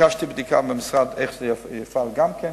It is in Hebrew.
ואני ביקשתי בדיקה במשרד איך זה יפעל גם כן.